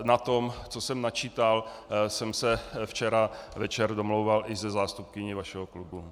Na tom, co jsem načítal, jsem se včera večer domlouval i se zástupkyní vašeho klubu.